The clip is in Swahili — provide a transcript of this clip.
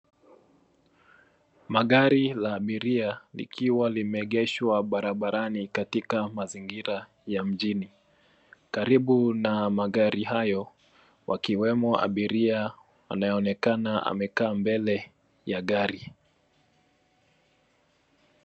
Magari la abiria likiwa limegeshwa barabarani katika mazingira ya mjini. Karibu na magari hayo, wakiwemo abiria anayeonekana amekaa mbele ya gari.